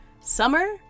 summer